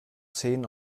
zehn